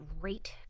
great